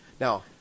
Now